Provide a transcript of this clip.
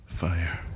Fire